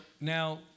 now